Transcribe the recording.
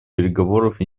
переговоров